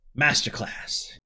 Masterclass